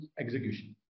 execution